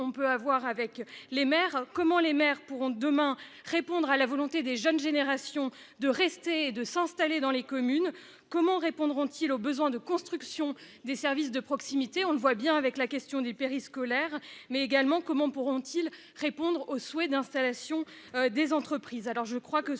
peut avoir avec les maires. Comment les maires pourront demain répondre à la volonté des jeunes générations de rester et de s'installer dans les communes. Comment répondre-t-il au besoin de construction des services de proximité, on le voit bien avec la question du périscolaire mais également comment pourront-ils répondre au souhait d'installation des entreprises, alors je crois que ce